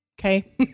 Okay